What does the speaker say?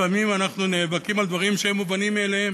לפעמים אנחנו נאבקים על דברים שהם מובנים מאליהם